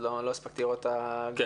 אבל לא הספקתי לראות את הגרף.